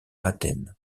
athènes